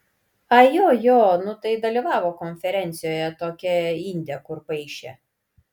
ai jo jo nu tai dalyvavo konferencijoje tokia indė kur paišė